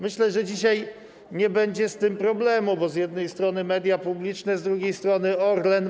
Myślę, że dzisiaj nie będzie z tym problemu, bo z jednej są strony media publiczne, z drugiej strony - Orlen.